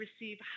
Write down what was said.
receive